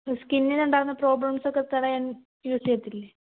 സ്ക്കിന്നിനുണ്ടാവുന്ന problems ഒക്കെ തടയാൻ use ചെയ്യത്തില്ലേ